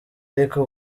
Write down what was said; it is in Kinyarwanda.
ariko